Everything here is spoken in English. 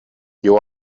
you